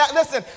listen